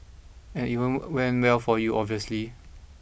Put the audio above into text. and it won't end well for you obviously